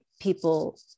people